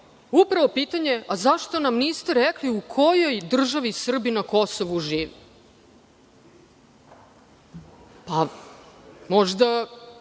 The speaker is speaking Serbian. upravo pitanje – zašto nam niste rekli u kojoj državi Srbi na Kosovu žive? Možda